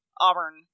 Auburn